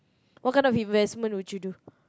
what kind of investment would you do